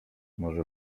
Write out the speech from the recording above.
może